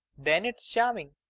then it's charmmg.